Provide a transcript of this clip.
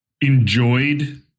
enjoyed